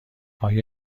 آیا